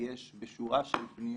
שיש בשורה של פניות,